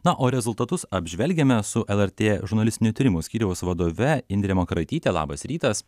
na o rezultatus apžvelgiame su lrt žurnalistinių tyrimų skyriaus vadove indre makaraityte labas rytas